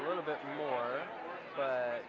a little bit more but